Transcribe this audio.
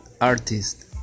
Artist